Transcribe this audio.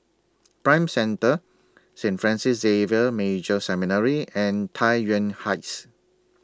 Prime Centre Saint Francis Xavier Major Seminary and Tai Yuan Heights